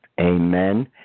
Amen